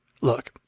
look